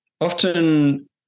often